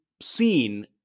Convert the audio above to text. seen